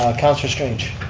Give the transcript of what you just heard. councillor strange.